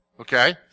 okay